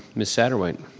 ms. satterwhite.